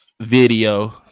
video